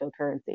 cryptocurrency